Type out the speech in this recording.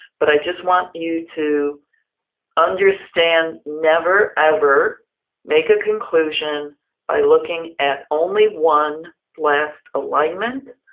but i just want you to understand never, ever make a conclusion by looking at only one blast alignment,